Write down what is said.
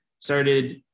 started